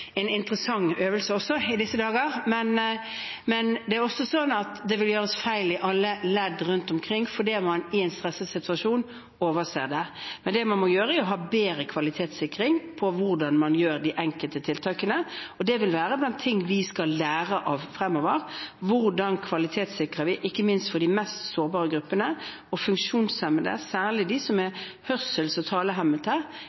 en interessant øvelse i disse dager. Men det er også sånn at det vil gjøres feil i alle ledd rundt omkring fordi man i en stresset situasjon overser noe. Det man må gjøre, er å ha bedre kvalitetssikring av hvordan man gjør de enkelte tiltakene. Det vil være blant de tingene vi skal lære av fremover: Hvordan kvalitetssikrer vi, ikke minst for de mest sårbare gruppene? Funksjonshemmede, særlig de som